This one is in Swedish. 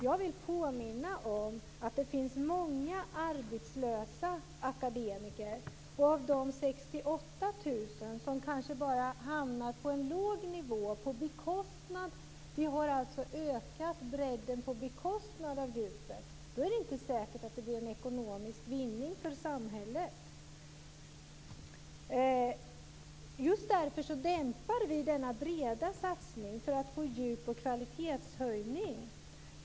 Jag vill påminna om att det finns många arbetslösa akademiker. Av de 68 000 kanske en del bara hamnar på en låg nivå. Vi har alltså ökat bredden på bekostnad av djupet. Då är det inte säkert att det blir en ekonomisk vinning för samhället. Just därför dämpar vi denna breda satsning, för att få djup och kvalitetshöjning.